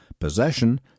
Possession